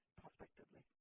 prospectively